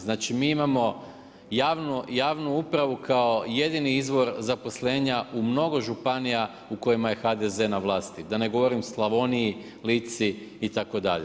Znači mi imamo javnu upravu kao jedini izvor zaposlenja u mnogo županija u kojima je HDZ na vlasti, da ne govorim Slavoniji, Lici itd.